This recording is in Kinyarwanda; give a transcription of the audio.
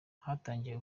hatangiye